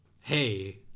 hey